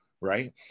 Right